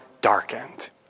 darkened